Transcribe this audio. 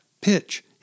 pitch